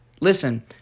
Listen